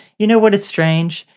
you know what is strange?